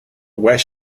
west